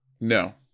No